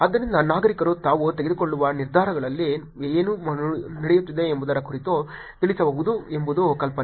ಆದ್ದರಿಂದ ನಾಗರಿಕರು ತಾವು ತೆಗೆದುಕೊಳ್ಳುವ ನಿರ್ಧಾರಗಳಲ್ಲಿ ಏನು ನಡೆಯುತ್ತಿದೆ ಎಂಬುದರ ಕುರಿತು ತಿಳಿಸಬಹುದು ಎಂಬುದು ಕಲ್ಪನೆ